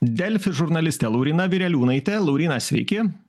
delfi žurnalistė lauryna vireliūnaitė lauryna sveiki